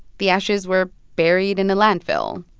the ashes were buried in the landfill.